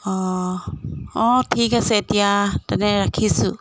অঁ অঁ ঠিক আছে এতিয়া তেন্তে ৰাখিছোঁ